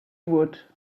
would